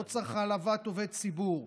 לא צריך העלבת עובד ציבור,